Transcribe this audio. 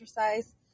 exercise